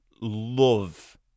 love